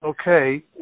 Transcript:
okay